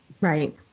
Right